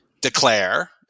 declare